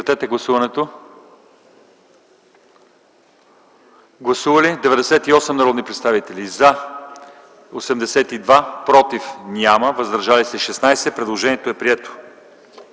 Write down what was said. Моля, гласувайте. Гласували 97 народни представители: за 80, против няма, въздържали се 17. Предложението е прието.